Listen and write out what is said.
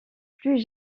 plus